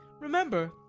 Remember